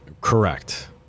correct